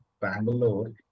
Bangalore